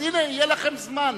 אז הנה, יהיה לכם זמן.